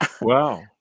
Wow